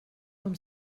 com